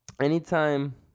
Anytime